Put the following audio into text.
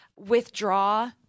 withdraw